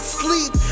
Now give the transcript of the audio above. sleep